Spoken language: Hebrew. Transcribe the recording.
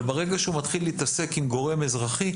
אבל ברגע שהוא מתחיל להתעסק גם גורם אזרחי,